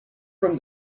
from